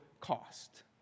cost